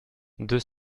deux